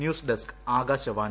news desk Akashvani